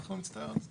אנחנו נצטער על זה.